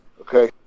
Okay